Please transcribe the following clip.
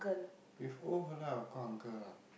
if old fella I will call uncle lah